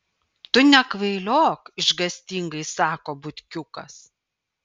tu nekvailiok išgąstingai sako butkiukas